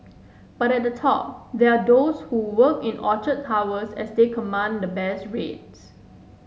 but at the top they are those who work in Orchard Towers as they command the best rates